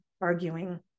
arguing